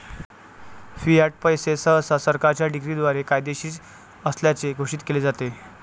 Fiat पैसे सहसा सरकारच्या डिक्रीद्वारे कायदेशीर असल्याचे घोषित केले जाते